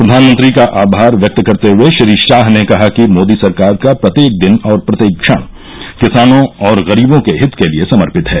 प्रधानमंत्री का आभार व्यक्त करते हुए श्री शाह ने कहा कि मोदी सरकार का प्रत्येक दिन और प्रत्येक क्षण किसानों और गरीबों के हित के लिये समर्पित है